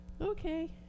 okay